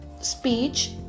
speech